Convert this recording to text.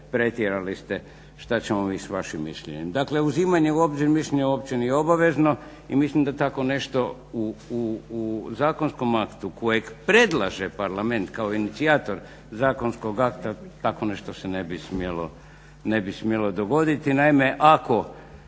pretjerali ste, što ćemo mi s vašim mišljenjem. Dakle, uzimanje u obzir mišljenja uopće nije obavezno i mislim da tako nešto u zakonskom aktu kojeg predlaže Parlament kao inicijator zakonskog akta tako nešto se ne bi smjelo dogoditi. Naime, ako